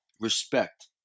Respect